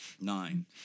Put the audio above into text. Nine